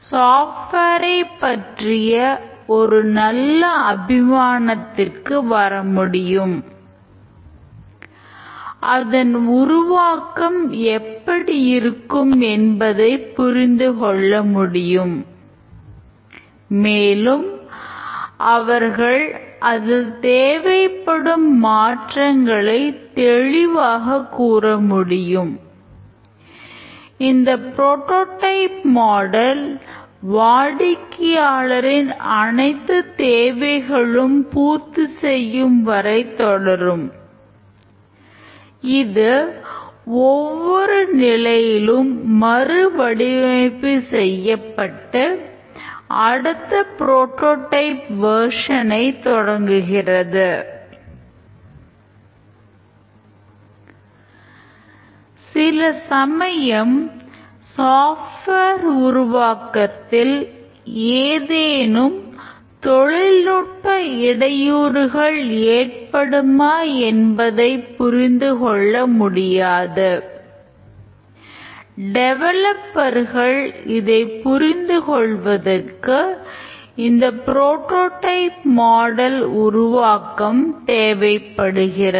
சில சமயம் சாப்ட்வேர் உருவாக்கம் தேவைப்படுகிறது